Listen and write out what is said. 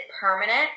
permanent